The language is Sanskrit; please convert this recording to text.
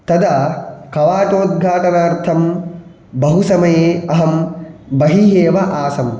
तदा कवाटोद्घाटनार्थं बहु समये अहं बहिः एव आसम्